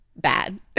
bad